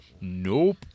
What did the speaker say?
Nope